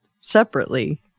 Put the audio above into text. separately